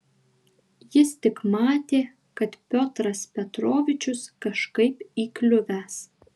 ji tik matė kad piotras petrovičius kažkaip įkliuvęs